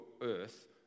earth